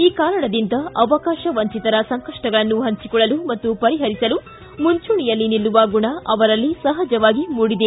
ಈ ಕಾರಣದಿಂದ ಅವಕಾಶ ವಂಚಿತರ ಸಂಕಷ್ಟಗಳನ್ನು ಪಂಚಿಕೊಳ್ಳಲು ಮತ್ತು ಪರಿಪರಿಸಲು ಮುಂಚೂಣಿಯಲ್ಲಿ ನಿಲ್ಲುವ ಗುಣ ಅವರಲ್ಲಿ ಸಹಜವಾಗಿ ಮೂಡಿದೆ